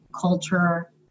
culture